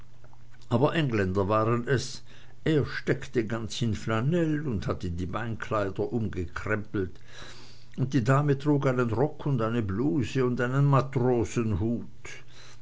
aber engländer waren es er steckte ganz in flanell und hatte die beinkleider umgekrempelt und die dame trug einen rock und eine bluse und einen matrosenhut